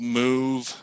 move